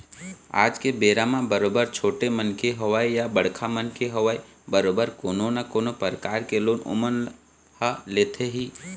आज के बेरा म बरोबर छोटे मनखे होवय या बड़का मनखे होवय बरोबर कोनो न कोनो परकार के लोन ओमन ह लेथे ही